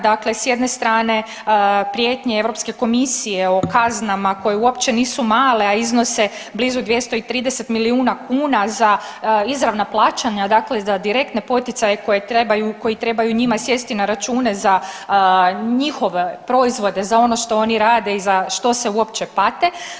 Dakle, s jedne strane prijetnje Europske komisije o kaznama koje uopće nisu male, a iznose blizu 230 milijuna kuna za izravna plaćanja dakle za direktne poticaje koji trebaju njima sjesti na račune za njihove proizvode za ono što oni rade i za što se uopće pate.